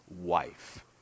wife